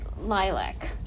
lilac